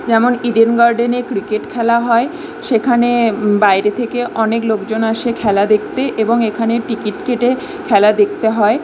যেমন ইডেন গার্ডেনে ক্রিকেট খেলা হয় সেখানে বাইরে থেকে অনেক লোকজন আসে খেলা দেকতে এবং এখানে টিকিট কেটে খেলা দেখতে হয়